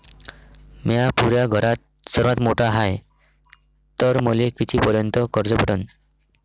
म्या पुऱ्या घरात सर्वांत मोठा हाय तर मले किती पर्यंत कर्ज भेटन?